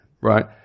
right